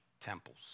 temples